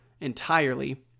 entirely